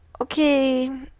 okay